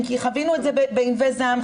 כי חווינו את זה בענבי זעם,